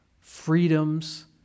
freedoms